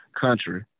country